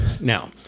now